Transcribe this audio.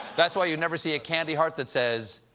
that's why you never see a candy heart that says,